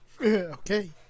Okay